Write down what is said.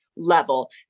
level